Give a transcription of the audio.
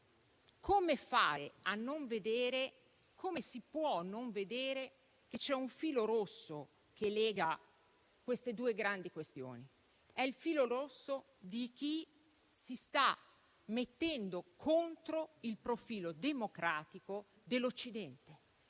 una risoluzione giusta. Come si può non vedere che c'è un filo rosso che lega queste due grandi questioni? È il filo rosso di chi si sta mettendo contro il profilo democratico dell'Occidente,